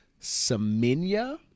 Semenya